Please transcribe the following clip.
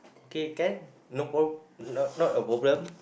okay can no prob~ not not a problem